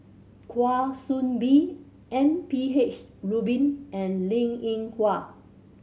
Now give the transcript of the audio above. Kwa Soon Bee M P H Rubin and Linn In Hua